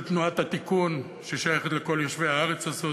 של תנועת התיקון ששייכת לכל יושבי הארץ הזאת.